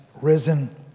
risen